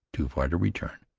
too far to return,